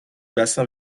bassin